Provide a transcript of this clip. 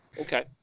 okay